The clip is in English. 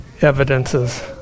evidences